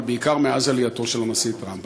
אבל בעיקר מאז עלייתו של הנשיא טראמפ.